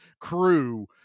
crew